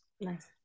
Nice